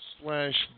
slash